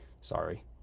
Sorry